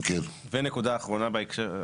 ונקודה אחרונה בעניין בהקשר.